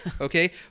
Okay